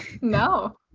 No